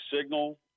signal